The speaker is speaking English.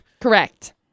Correct